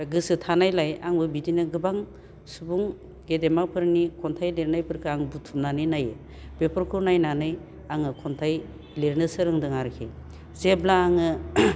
बे गोसो थानायलाय आंबो बिदिनो गोबां सुबुं गेदेमाफोरनि खन्थाइ लिरनायफोरखो आं बुथुमनानै नायो बेफोरखौ नायनानै आङो खन्थाइ लिरनो सोलोंदों आरोखि जेब्ला आङो